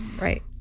Right